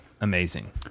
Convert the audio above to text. amazing